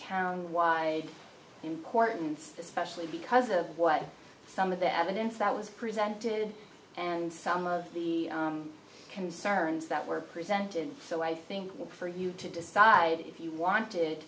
town why importance especially because of what some of the evidence that was presented and some of the concerns that were presented so i think for you to decide if you want